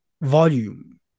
volume